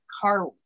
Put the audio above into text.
car